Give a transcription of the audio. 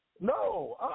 No